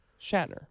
Shatner